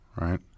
right